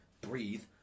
breathe